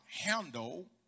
handle